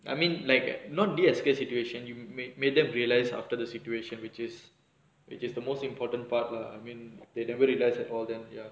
I mean like not de-escalate situation you made made them realise after the situation which is which is the most important part lah I mean they never realise at all then ya